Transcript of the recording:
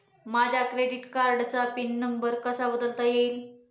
माझ्या क्रेडिट कार्डचा pin number कसा बदलता येईल?